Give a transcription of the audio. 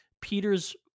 Peter's